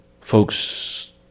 Folks